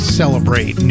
celebrate